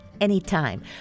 anytime